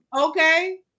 Okay